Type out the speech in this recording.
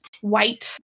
white